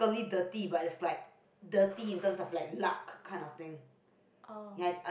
oh